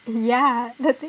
ya the thing